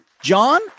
John